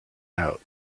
out